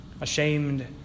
ashamed